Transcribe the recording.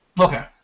Okay